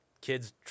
kids